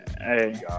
hey